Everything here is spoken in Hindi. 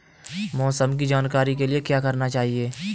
मौसम की जानकारी के लिए क्या करना चाहिए?